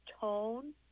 tone